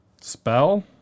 Spell